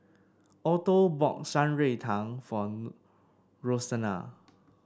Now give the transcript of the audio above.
Alto bought Shan Rui Tang for Roseanna